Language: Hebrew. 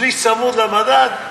שליש צמוד למדד,